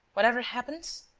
whatever happens?